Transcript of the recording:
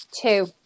Two